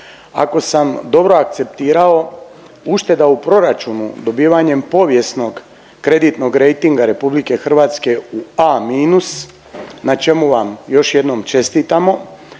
Ako sam dobro akceptirao ušteda u proračunu dobivanjem povijesnog kreditnog rejtinga Republike Hrvatske u A- na čemu vam još jednom čestitamo